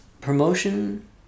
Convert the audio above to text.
promotion